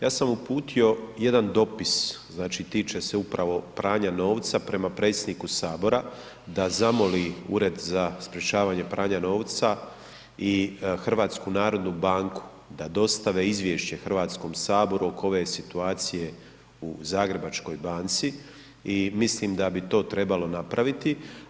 Ja sam uputio jedan dopis, tiče se upravo pranja novca prema predsjedniku Sabora da zamoli Ured za sprečavanje pranja novca i HNB da dostave izvješće Hrvatskom saboru oko ove situacije u Zagrebačkoj banci i mislim da bi to trebalo napraviti.